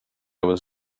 was